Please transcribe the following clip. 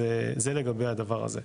אז זה לגבי הדבר הזה.